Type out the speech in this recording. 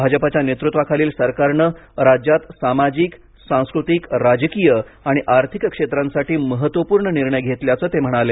भाजपाच्या नेतृत्वाखालील सरकारनं राज्यात सामाजिक सांस्कृतिक राजकीय आणि आर्थिक क्षेत्रांसाठी महत्त्वपूर्ण निर्णय घेतल्याचं ते म्हणाले